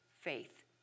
Faith